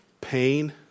pain